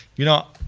you know,